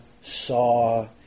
saw